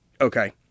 Okay